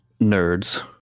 nerds